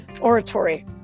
oratory